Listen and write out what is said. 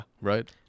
Right